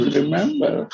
remember